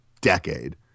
decade